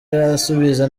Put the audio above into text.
asubiza